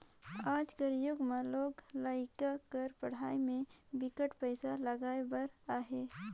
आज कर जुग में लोग लरिका कर पढ़ई में बिकट पइसा लगाए बर अहे